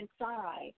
inside